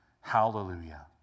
Hallelujah